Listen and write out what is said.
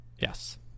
Yes